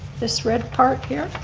this red part here?